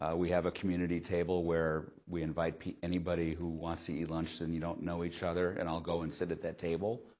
ah we have a community table where we invite anybody who wants to each lunch so and you don't know each other, and i'll go and sit at that table.